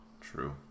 True